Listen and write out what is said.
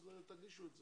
אז תגישו את זה.